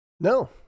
No